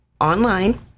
online